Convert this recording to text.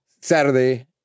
Saturday